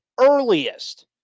earliest